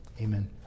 Amen